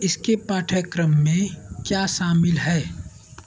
इसके पाठ्यक्रम में क्या शामिल है